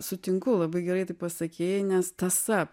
sutinku labai gerai taip pasakei nes tąsa